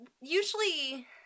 usually